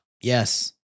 Yes